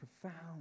profound